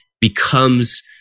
becomes